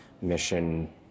mission